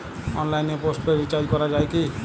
অনলাইনে postpaid recharge করা যায় কি?